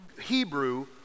Hebrew